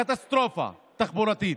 קטסטרופה תחבורתית.